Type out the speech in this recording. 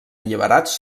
alliberats